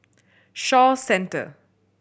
Shaw Centre